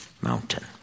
mountain